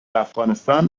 افغانستان